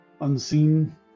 unseen